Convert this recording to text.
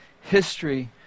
history